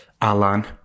Alan